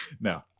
No